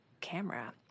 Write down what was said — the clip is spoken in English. camera